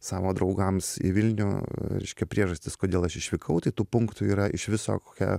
savo draugams į vilnių reiškia priežastis kodėl aš išvykau tai tų punktų yra iš viso kokia